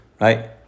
Right